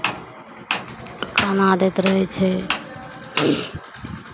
खाना दैत रहै छै